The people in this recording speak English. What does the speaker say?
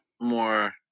more